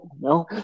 no